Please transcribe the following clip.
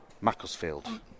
Macclesfield